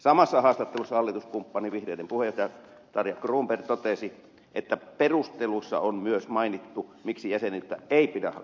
samassa haastattelussa hallituskumppani vihreiden puheenjohtaja tarja cronberg totesi että perusteluissa on myös mainittu miksi jäsenyyttä ei pidä hakea